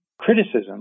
criticism